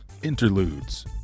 Interludes